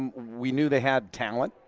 um we knew they had talent.